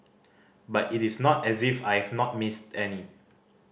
but it is not as if I have not missed any